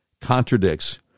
contradicts